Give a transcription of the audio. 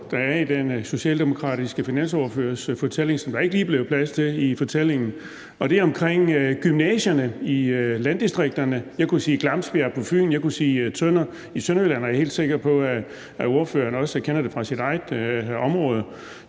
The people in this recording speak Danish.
der er i den socialdemokratiske finansordførers fortælling – noget af det, der ikke lige blev plads til i fortællingen. Det handler om gymnasierne i landdistrikterne. Jeg kunne sige Glamsbjerg på Fyn, jeg kunne sige Tønder i Sønderjylland, og jeg er helt sikker på, at ordføreren også kender det fra sit eget område.